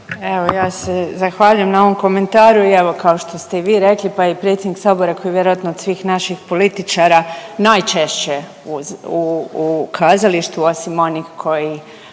Evo ja se zahvaljujem na ovom komentaru. I evo kao što ste i vi rekli pa i predsjednik Sabora koji je vjerojatno od svih naših političara najčešće u kazalištu osim onih koji